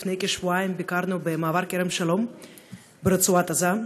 לפני כשבועיים ביקרנו במעבר כרם שלום ברצועת עזה,